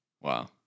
Wow